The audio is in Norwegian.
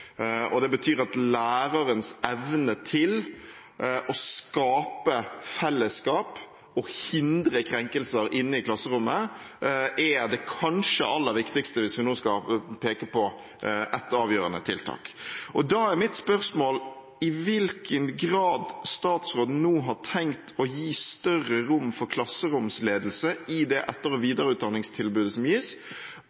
Det betyr at lærerens evne til å skape fellesskap og hindre krenkelser inne i klasserommet kanskje er det aller viktigste, hvis vi skal peke på ett avgjørende tiltak. Da er mitt spørsmål: I hvilken grad har statsråden nå tenkt å gi større rom for klasseromsledelse i det etter- og